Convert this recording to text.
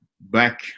back